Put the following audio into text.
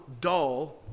dull